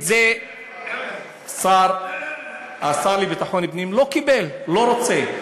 את זה השר לביטחון פנים לא קיבל, הוא לא רוצה.